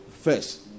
first